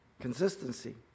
Consistency